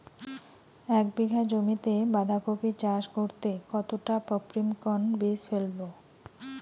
এক বিঘা জমিতে বাধাকপি চাষ করতে কতটা পপ্রীমকন বীজ ফেলবো?